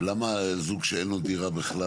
הרבה אנשים טובים שתרמו לדבר הזה,